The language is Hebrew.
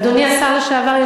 אדוני השר לשעבר,